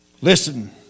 Listen